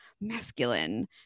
masculine